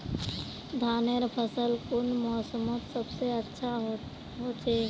धानेर फसल कुन मोसमोत सबसे अच्छा होचे?